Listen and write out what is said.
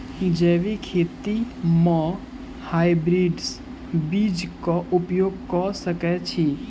जैविक खेती म हायब्रिडस बीज कऽ उपयोग कऽ सकैय छी?